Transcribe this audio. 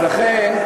אז לכן,